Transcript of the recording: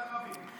אין ערבים.